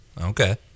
Okay